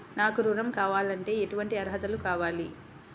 నాకు ఋణం కావాలంటే ఏటువంటి అర్హతలు కావాలి?